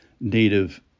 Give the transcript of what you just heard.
native